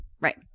Right